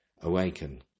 Awaken